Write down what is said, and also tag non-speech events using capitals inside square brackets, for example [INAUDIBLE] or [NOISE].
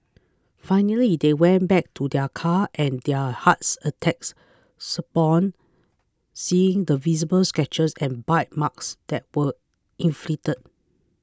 finally they went back to their car and their hearts [UNINTELLIGIBLE] upon seeing the visible scratches and bite marks that were inflicted